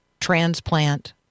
transplant